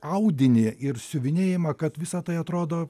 audinį ir siuvinėjimą kad visa tai atrodo